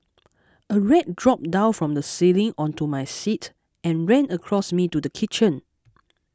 a rat dropped down from the ceiling onto my seat and ran across me to the kitchen